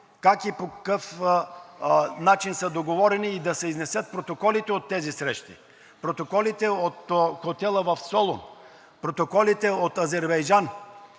как и по какъв начин са договорени. Да се изнесат протоколите от тези срещи. Протоколите от хотела в Солун, протоколите от Азербайджан.